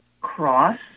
cross